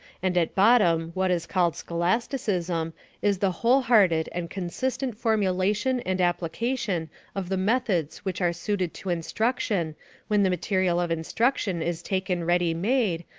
and at bottom what is called scholasticism is the whole-hearted and consistent formulation and application of the methods which are suited to instruction when the material of instruction is taken ready-made,